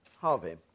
Harvey